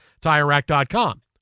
TireRack.com